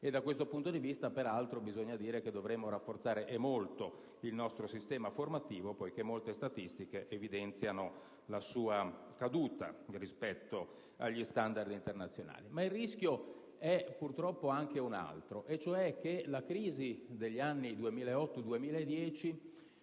Da questo punto di vista bisognerebbe peraltro dire che si dovrebbe rafforzare di molto il nostro sistema formativo, poiché molte statistiche evidenziano la sua caduta rispetto agli standard internazionali. Il rischio purtroppo è anche un altro, ed è legato al fatto che la crisi degli anni 2008-2010